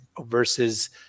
versus